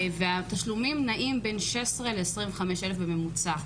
והתשלומים נעים בין 16 ל-25 אלף בממוצע.